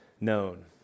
known